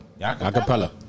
Acapella